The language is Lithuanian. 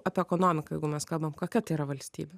apie ekonomiką jeigu mes kalbam kokia tai yra valstybė